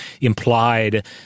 implied